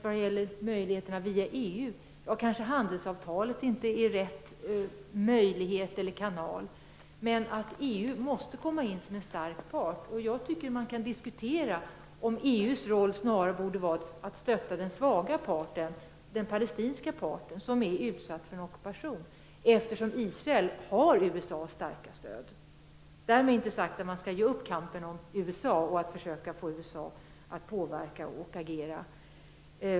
Vad gäller möjligheterna via EU är handelsavtalet kanske inte den rätta kanalen, men EU måste komma in som en stark part. Jag tycker att man kan diskutera om EU:s roll snarare borde vara att stötta den svaga parten, den palestinska, som är utsatt för en ockupation eftersom Israel har USA:s starka stöd. Därmed inte sagt att man skall ge upp kampen om USA:s stöd och försöken att få USA att påverka och agera.